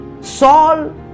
Saul